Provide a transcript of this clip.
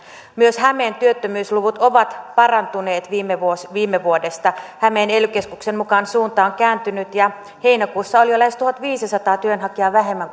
myös hämeen työttömyysluvut ovat parantuneet viime vuodesta hämeen ely keskuksen mukaan suunta on kääntynyt ja heinäkuussa oli jo lähes tuhatviisisataa työnhakijaa vähemmän